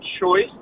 choice